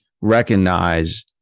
recognize